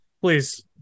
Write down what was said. please